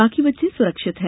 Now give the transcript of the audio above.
बाकी बच्चे सुरक्षित है